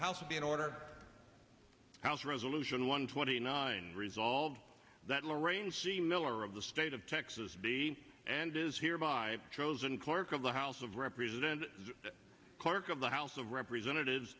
house be in order house resolution one twenty nine resolved that lorraine she miller of the state of texas be and is here by chosen clerk of the house of representatives clerk of the house of representatives